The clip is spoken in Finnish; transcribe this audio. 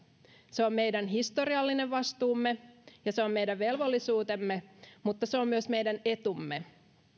se on meidän historiallinen vastuumme ja se on meidän velvollisuutemme mutta se on myös meidän etumme